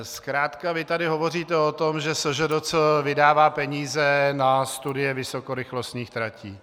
Zkrátka vy tady hovoříte o tom, že SŽDC vydává peníze na studie vysokorychlostních tratí.